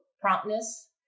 promptness